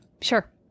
Sure